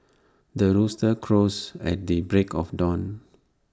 the rooster crows at the break of dawn